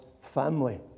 family